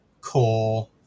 core